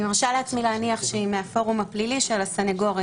אני מרשה לעצמי להניח שהיא מהפורום הפלילי של הסנגורים.